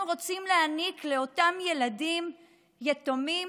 אנחנו רוצים להעניק לאותם ילדים יתומים